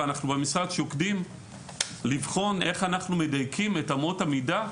ואנחנו שוקדים לבחון איך אנחנו מדייקים את אמות המידה,